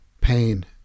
pain